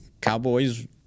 Cowboys